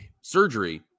surgery